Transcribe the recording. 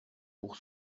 pour